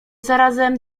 zarazem